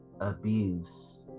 abuse